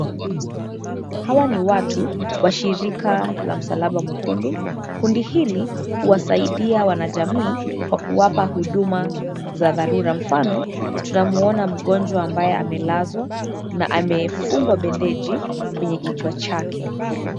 Hawa ni watu, wa Shirika la Msalaba Mwekundu, kundi hili, huwasaidia wanajamii, kwa kuwapa huduma, za dharura mfano, tunamwona mgonjwa ambaye amelazwa, na amefungwa bendeji, kwenye kichwa chake.